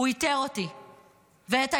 כשהבנתי שאני חייבת לברוח,